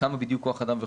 כמה כוח אדם וכולי,